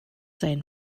sein